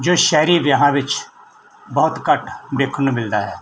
ਜੋ ਸ਼ਹਿਰੀ ਵਿਆਹਾਂ ਵਿੱਚ ਬਹੁਤ ਘੱਟ ਵੇਖਣ ਨੂੰ ਮਿਲਦਾ ਹੈ